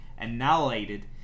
annihilated